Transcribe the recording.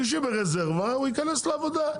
מי שברזרבה ייכנס לעבודה.